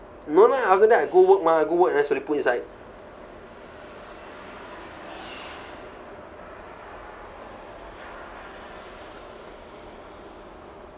no lah after that I go work mah I go work then I slowly put inside